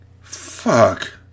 Fuck